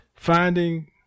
finding